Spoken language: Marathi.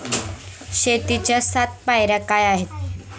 शेतीच्या सात पायऱ्या काय आहेत?